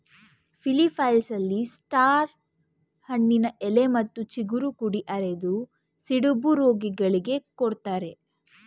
ಫಿಲಿಪ್ಪೈನ್ಸ್ನಲ್ಲಿ star ಹಣ್ಣಿನ ಎಲೆ ಮತ್ತು ಚಿಗುರು ಕುಡಿ ಅರೆದು ಸಿಡುಬು ರೋಗಿಗಳಿಗೆ ಕೊಡ್ತಾರೆ